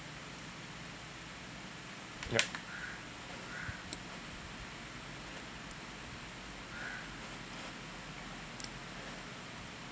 yup